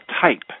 type